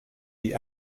die